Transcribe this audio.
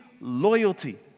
loyalty